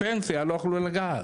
פנסיה לא יכולים לגעת.